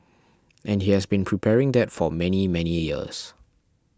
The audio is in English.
and he has been preparing that for many many years